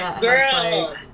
Girl